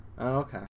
okay